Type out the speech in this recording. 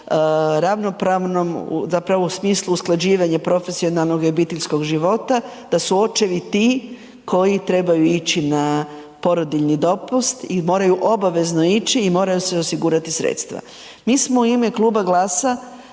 ravnopravnom zapravo u smislu usklađivanja profesionalnog i obiteljskog života, da su očevi ti koji trebaju ići na porodiljni dopust i moraju obavezno ići i moraju se osigurati sredstva. Mi smo u ime Kluba GLAS-a